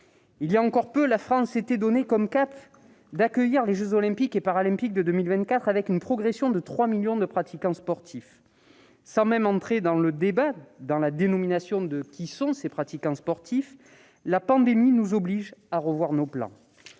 Il y a encore peu, la France s'était donné comme cap d'accueillir les jeux Olympiques et Paralympiques de 2024 avec une progression de trois millions de pratiquants sportifs. Sans même entrer dans le débat autour de la dénomination de ces pratiquants, la pandémie nous oblige à revoir nos plans.